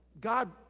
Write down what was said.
God